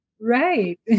Right